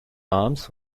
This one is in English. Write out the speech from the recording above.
arms